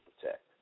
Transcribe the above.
protect